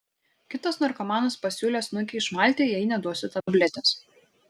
kitas narkomanas pasiūlė snukį išmalti jei neduosiu tabletės